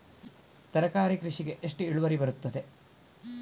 ತರಕಾರಿ ಕೃಷಿಗೆ ಎಷ್ಟು ಇಳುವರಿ ಬರುತ್ತದೆ?